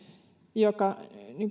joka